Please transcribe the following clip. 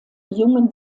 jungen